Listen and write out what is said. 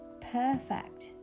perfect